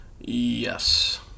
Yes